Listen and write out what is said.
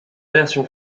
version